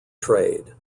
trade